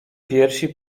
piersi